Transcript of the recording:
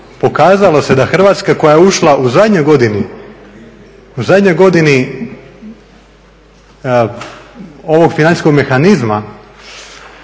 pokazalo se da Hrvatska koja je ušla u zadnjoj godini, u zadnjoj godini